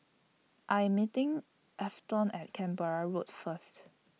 I Am meeting Afton At Canberra Road First